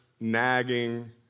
nagging